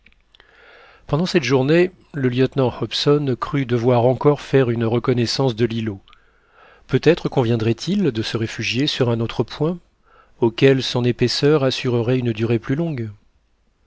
pendant cette journée le lieutenant hobson crut devoir encore faire une reconnaissance de l'îlot peut-être conviendrait-il de se réfugier sur un autre point auquel son épaisseur assurerait une durée plus longue